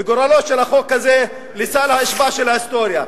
וגורלו של החוק הזה הוא סל האשפה של ההיסטוריה.